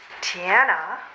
Tiana